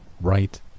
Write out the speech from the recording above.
right